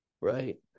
Right